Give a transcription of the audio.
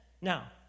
Now